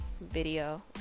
video